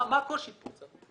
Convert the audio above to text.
מה הקושי כאן?